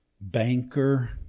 banker